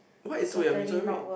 what is seoul yummy so yummy